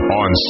on